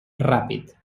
ràpid